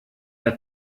der